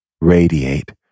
radiate